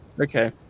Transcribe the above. Okay